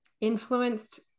influenced